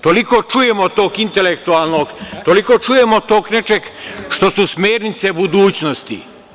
Toliko čujemo tog intelektualnog, toliko čujemo tog nečeg što su smernice budućnosti.